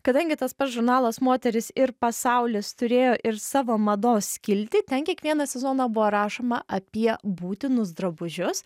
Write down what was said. kadangi tas pats žurnalas moteris ir pasaulis turėjo ir savo mados skiltį ten kiekvieną sezoną buvo rašoma apie būtinus drabužius